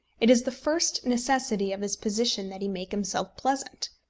it is the first necessity of his position that he make himself pleasant.